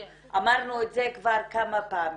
אמרנו את זה כבר כמה פעמים.